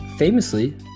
Famously